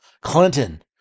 Clinton